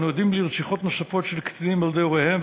אנו עדים לרציחות נוספות של קטינים על-ידי הוריהם,